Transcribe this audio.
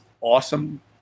awesome